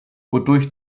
wodurch